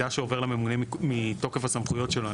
שעובר לממונה מתוקף הסמכויות שלו.